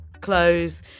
clothes